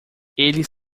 eles